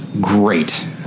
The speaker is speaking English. great